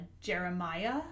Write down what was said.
Jeremiah